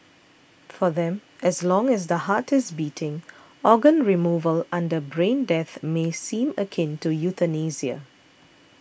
for them as long as the heart is beating organ removal under brain death may seem akin to euthanasia